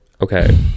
Okay